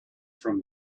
from